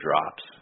drops